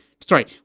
Sorry